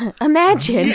Imagine